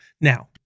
Now